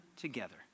together